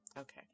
Okay